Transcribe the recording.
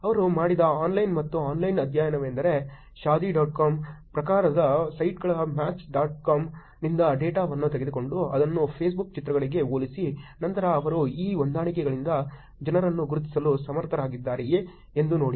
ಅವರು ಮಾಡಿದ ಆನ್ಲೈನ್ ಮತ್ತು ಆನ್ಲೈನ್ ಅಧ್ಯಯನವೆಂದರೆ ಶಾದಿ ಡಾಟ್ ಕಾಮ್ ಪ್ರಕಾರದ ಸೈಟ್ಗಳ ಮ್ಯಾಚ್ ಡಾಟ್ ಕಾಮ್ನಿಂದ ಡೇಟಾವನ್ನು ತೆಗೆದುಕೊಂಡು ಅದನ್ನು ಫೇಸ್ಬುಕ್ ಚಿತ್ರಗಳಿಗೆ ಹೋಲಿಸಿ ನಂತರ ಅವರು ಈ ಹೊಂದಾಣಿಕೆಗಳಿಂದ ಜನರನ್ನು ಗುರುತಿಸಲು ಸಮರ್ಥರಾಗಿದ್ದಾರೆಯೇ ಎಂದು ನೋಡಿ